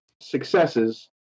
successes